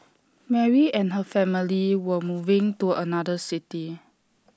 Mary and her family were moving to another city